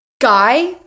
Guy